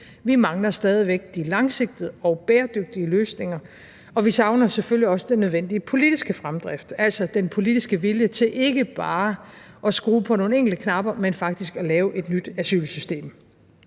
vi mangler stadig væk de langsigtede og bæredygtige løsninger, og vi savner selvfølgelig også den nødvendige politiske fremdrift, altså den politiske vilje til ikke bare at skrue på nogle enkelte knapper, men faktisk at lave et nyt asylsystem.